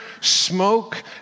smoke